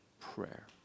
prayer